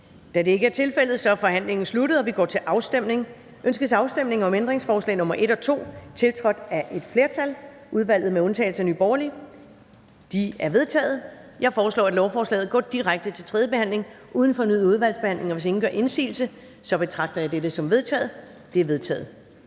Da det ikke er tilfældet, er forhandlingen sluttet, og vi går til afstemning. Kl. 14:55 Afstemning Første næstformand (Karen Ellemann): Ønskes afstemning om ændringsforslag nr. 1 og 2, tiltrådt af et flertal (udvalget med undtagelse af NB)? De er vedtaget. Jeg foreslår, at lovforslaget går direkte til tredje behandling uden fornyet udvalgsbehandling, og hvis ingen gør indsigelse, betragter jeg dette som vedtaget. Det er vedtaget.